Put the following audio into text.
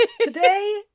Today